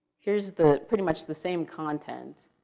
here is the pretty much the same content.